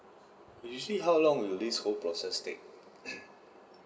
usually how long will this whole process take